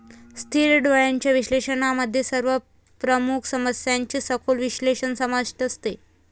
स्थिर डोळ्यांच्या विश्लेषणामध्ये सर्व प्रमुख समस्यांचे सखोल विश्लेषण समाविष्ट असते